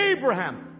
Abraham